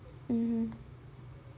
mmhmm